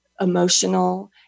emotional